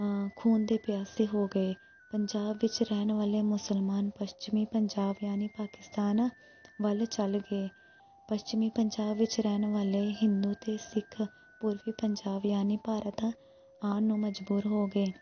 ਖੂਨ ਦੇ ਪਿਆਸੇ ਹੋ ਗਏ ਪੰਜਾਬ ਵਿੱਚ ਰਹਿਣ ਵਾਲੇ ਮੁਸਲਮਾਨ ਪੱਛਮੀ ਪੰਜਾਬ ਯਾਨੀ ਪਾਕਿਸਤਾਨ ਵੱਲ ਚੱਲਗੇ ਪੱਛਮੀ ਪੰਜਾਬ ਵਿੱਚ ਰਹਿਣ ਵਾਲੇ ਹਿੰਦੂ ਅਤੇ ਸਿੱਖ ਪੂਰਵੀ ਪੰਜਾਬ ਯਾਨੀ ਭਾਰਤ ਆਉਣ ਨੂੰ ਮਜਬੂਰ ਹੋ ਗਏ